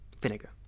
vinegar